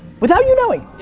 without you knowing,